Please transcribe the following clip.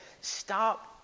stop